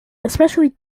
especially